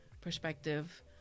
perspective